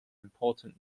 important